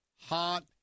hot